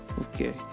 okay